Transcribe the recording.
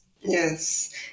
Yes